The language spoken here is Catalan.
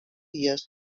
dies